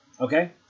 okay